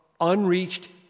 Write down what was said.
unreached